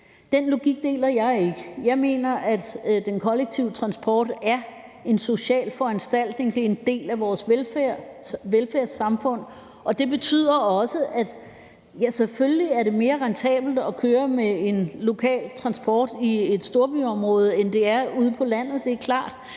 Den logik deler jeg ikke. Jeg mener, at den kollektive transport er en social foranstaltning. Det er en del af vores velfærdssamfund. Det betyder, at det selvfølgelig er mere rentabelt at køre med den lokale transport i et storbyområde, end det er ude på landet, og ja, det er klart.